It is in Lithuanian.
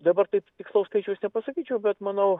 dabar taip tikslaus skaičiaus nepasakyčiau bet manau